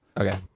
Okay